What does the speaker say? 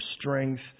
strength